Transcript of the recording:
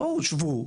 בואו שבו,